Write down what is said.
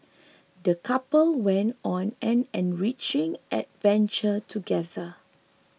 the couple went on an enriching adventure together